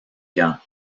gand